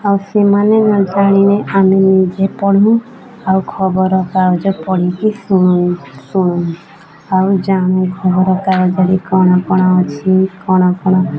ଆଉ ସେମାନେ ନ ଜାଣିନେ ଆମେ ନିଜେ ପଢ଼ୁ ଆଉ ଖବର କାଗଜ ପଢ଼ିକି ଶୁଣୁ ଶୁଣୁ ଆଉ ଯାହା ଖବର କାଗଜରେ କ'ଣ କ'ଣ ଅଛି କ'ଣ କ'ଣ